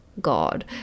God